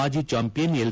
ಮಾಜಿ champion L